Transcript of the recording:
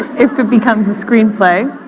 if it becomes a screenplay,